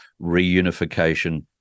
reunification